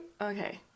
Okay